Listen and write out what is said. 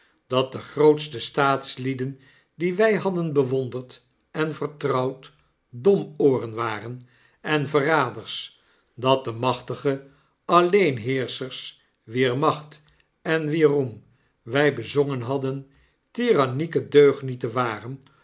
dat de groote staatslieden die wij hadden bewonderd en vertrouwd domooren waren en verraders dat de machtige alleenheerschers wier macht en wierroem wij bezongen hadden tirannieke deugnieten waren